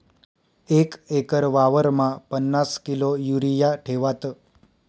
एक एकर वावरमा पन्नास किलो युरिया ठेवात